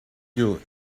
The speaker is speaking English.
you